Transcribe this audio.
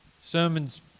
Sermon's